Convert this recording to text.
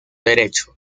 derecho